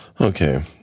Okay